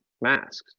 masks